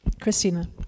Christina